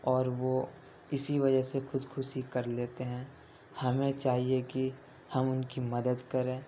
اور وہ اِسی وجہ سے خودکشی کر لیتے ہیں ہمیں چاہیے کہ ہم ان کی مدد کریں